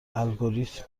الگوریتم